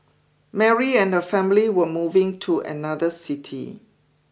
Mary and her family were moving to another city